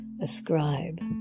ascribe